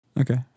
Okay